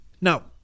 Now